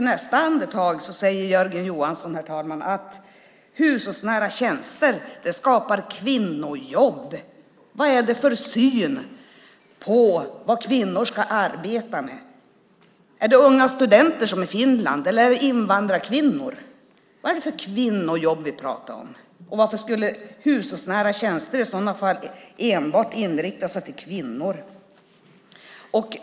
I nästa andetag säger Jörgen Johansson: Hushållsnära tjänster skapar kvinnojobb! Vad är det för syn på vad kvinnor ska arbeta med? Är det unga studenter som i Finland, eller är det invandrarkvinnor? Vad är det för kvinnojobb vi talar om? Varför skulle hushållsnära tjänster enbart rikta sig mot kvinnor?